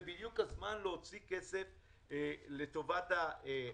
זה בדיוק הזמן להוציא כסף לטובת העסקים.